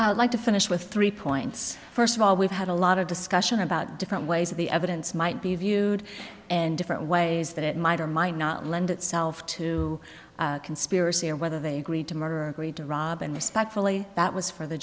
i like to finish with three points first of all we've had a lot of discussion about different ways of the evidence might be viewed and different ways that it might or might not lend itself to conspiracy or whether they agreed to murder agreed to rob and respectfully that was for the